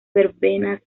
verbenas